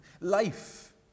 life